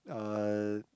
uh